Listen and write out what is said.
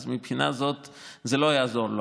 אז מהבחינה הזאת זה לא יעזור לו.